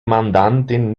mandantin